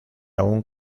aún